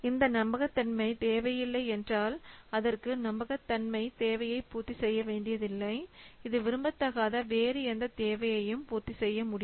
இந்த நம்பகத்தன்மை தேவையில்லை என்றால் அதற்கு நம்பகத்தன்மை தேவையை பூர்த்தி செய்ய வேண்டியதில்லை இது விரும்பத்தகாத வேறு எந்தத் தேவையையும் பூர்த்தி செய்ய முடியும்